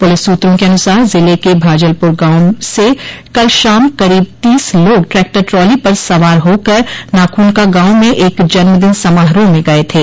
police स्त्रों के अनुसार जिले के भाजलपुर गांव से कल शाम करीब तीस लोग ट्रैक्टर ट्राली पर सवार होकर नाखूनका गांव में एक जन्मदिन समारोह में गये थे